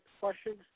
question